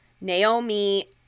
Naomi